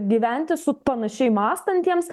gyventi su panašiai mąstantiems